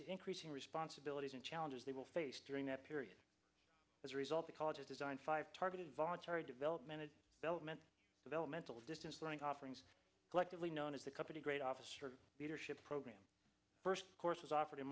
the increasing responsibilities and challenges they will face during that period as a result the college is designed five targeted voluntary developmental element developmental distance learning offerings collectively known as the company grade officer leadership program first courses offered in